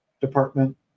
department